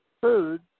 food